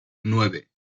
nueve